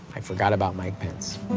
i forgot about mike pence.